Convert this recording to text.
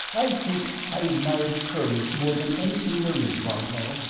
i think i admire courage more than anything there is, bartol.